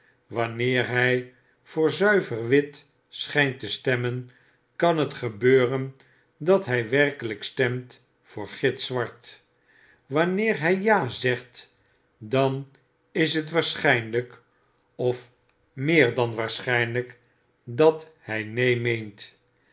wanneer hy voor zuiver wit schynt te stemmen kan het gebeuren dat hij werkelijk stemtvoor gitzwart wanneer hg ja zegt dan is het waarschynlyk of meer dan waarschynlijk dat hjj